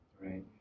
Right